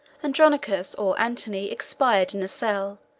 andronicus or antony expired in a cell,